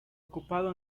ocupado